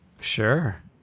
sure